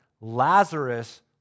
Lazarus